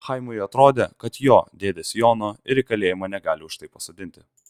chaimui atrodė kad jo dėdės jono ir į kalėjimą negali už tai pasodinti